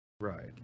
right